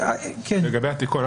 לגבי התיקון,